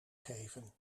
geven